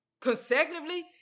consecutively